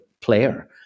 player